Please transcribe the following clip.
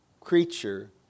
creature